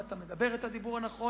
ואתה מדבר את הדיבור הנכון,